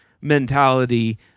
mentality